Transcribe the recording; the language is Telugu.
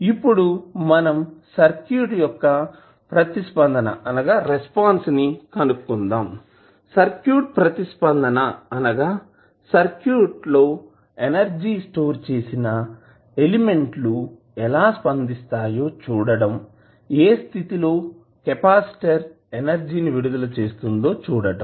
ఇప్పుడుమనం సర్క్యూట్ యొక్క ప్రతిస్పందనResponse ప్రతిస్పందన ని కనుక్కుందాము సర్క్యూట్ ప్రతిస్పందన అనగా సర్క్యూట్ లో ఎనర్జీ స్టోర్ చేసిన ఎలిమెంట్ లు ఎలా స్పందిస్తాయో చూడటం ఏ స్థితి లో కెపాసిటర్ ఎనర్జీ ని విడుదల చేస్తుందో చూడటం